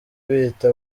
bita